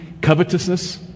covetousness